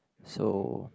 so